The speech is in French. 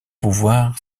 pouvoir